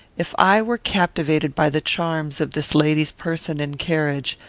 if i were captivated by the charms of this lady's person and carriage,